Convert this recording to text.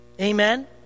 Amen